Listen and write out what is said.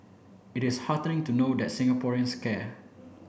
it is heartening to know that Singaporeans care